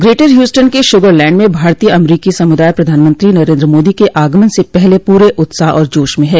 greater Houston के Sugar Land में भारतीय अमरीकी समुदाय प्रधानमंत्री नरेन्द्र मोदी के आगमन से पहले पूरे उत्साह और जोश में है